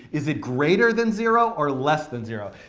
is it greater than zero or less than zero?